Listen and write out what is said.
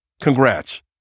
Congrats